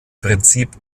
prinzip